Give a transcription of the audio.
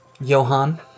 Johan